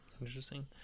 Interesting